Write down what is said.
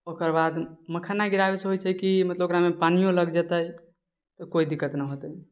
ओकरबाद मखाना गिराबैसँ होइ छै की मतलब ओकरामे पानियो लग जेतै त कोइ दिक्कत ना होतै